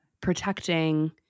protecting